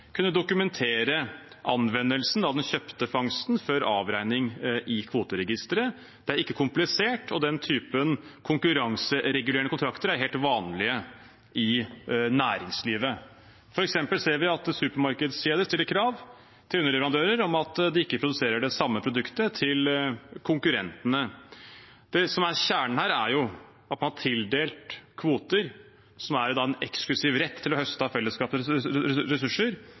kunne dokumentere anvendelsen av den kjøpte fangsten før avregning i kvoteregisteret. Det er ikke komplisert. Den typen konkurranseregulerende kontrakter er helt vanlige i næringslivet. For eksempel ser vi at supermarkedkjeder stiller krav til underleverandører om at de ikke produserer det samme produktet til konkurrentene. Det som er kjernen her, er at man har tildelt kvoter, som er en eksklusiv rett til å høste av fellesskapets ressurser